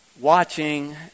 watching